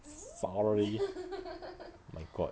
sorry my god